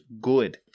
good